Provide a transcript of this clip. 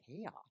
chaos